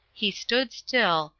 he stood still,